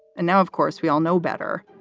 and now, of course, we all know better.